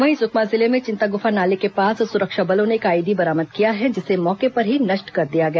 वहीं सुकमा जिले में चिंताग्रफा नाले के पास सुरक्षा बलों ने एक आईईडी बरामद किया है जिसे मौके पर ही नष्ट कर दिया गया